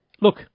Look